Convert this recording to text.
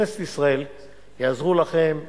וכנסת ישראל יעזרו לכם במעט.